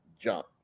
jump